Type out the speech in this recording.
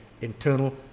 internal